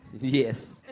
Yes